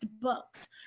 books